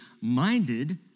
minded